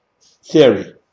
theory